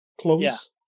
close